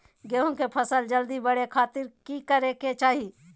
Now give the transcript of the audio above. गेहूं के फसल जल्दी बड़े खातिर की करे के चाही?